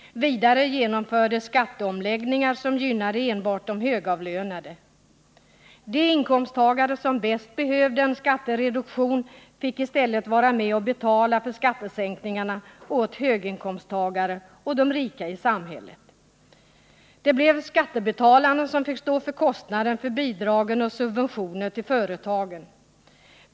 Vidare genomfördes skatteomläggningar som gynnade enbart de högavlönade. De inkomsttagare som bäst behövde en skattereduktion fick i stället vara med och betala skattesänk Det blev skattebetalarna som fick stå för kostnaden för bidragen och subventionerna till företagen.